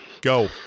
Go